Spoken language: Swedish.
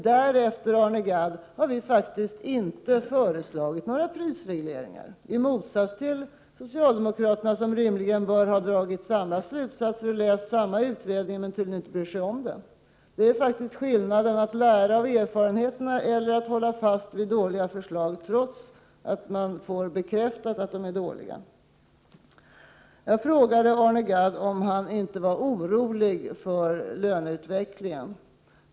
Därefter, Arne Gadd, har vi faktiskt inte föreslagit några prisregleringar — i motsats till socialdemokraterna, som rimligen bör ha dragit samma slutsats av utredningen men tydligen inte bryr sig om den. Det är faktiskt en skillnad mellan att lära av erfarenheterna och att hålla fast vid dåliga lösningar trots att man får bekräftat att de är dåliga. Jag frågade Arne Gadd om han inte var orolig för löneutvecklingen.